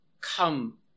come